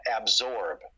absorb